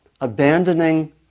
Abandoning